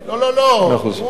לא, לא, לא.